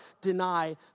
deny